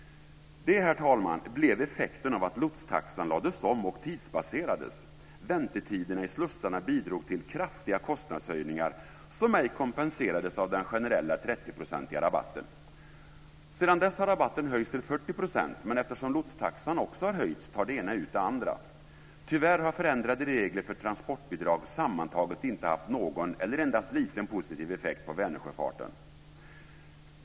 Det, herr talman, blev effekten av att lotstaxan lades om och tidsbaserades. Väntetiderna i slussarna bidrog till kraftiga kostnadshöjningar, som ej kompenserades av den generella 30-procentiga rabatten. Sedan dess har rabatten höjts till 40 %, men eftersom lotstaxan också har höjts tar det ena ut det andra. Tyvärr har förändrade regler för transportbidrag sammantaget inte haft någon eller endast liten positiv effekt på Vänersjöfarten.